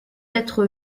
être